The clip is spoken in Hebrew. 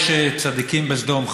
יש צדיקים בסדום,